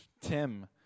Tim